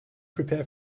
prepare